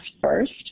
first